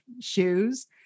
shoes